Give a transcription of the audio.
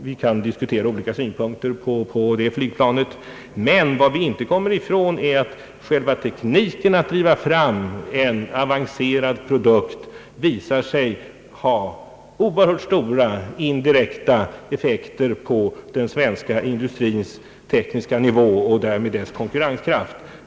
Vi kan diskutera olika synpunkter på det flygplanet, men vad vi inte kommer ifrån är att själva tekniken att driva fram en avancerad produkt visar sig ha oerhört stora, indirekta effekter på den svenska industrins tekniska nivå och därmed dess konkurrenskraft.